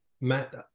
Matt